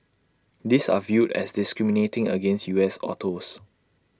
these are viewed as discriminating against U S autos